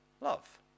love